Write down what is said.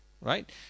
Right